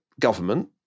government